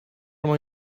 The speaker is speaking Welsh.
mwy